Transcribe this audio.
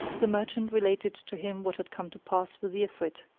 the merchant related to him what had come to pass with the ifrit,